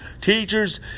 Teachers